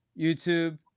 YouTube